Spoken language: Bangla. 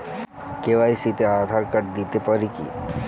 কে.ওয়াই.সি তে আঁধার কার্ড দিতে পারি কি?